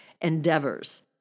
endeavors